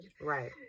right